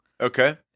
Okay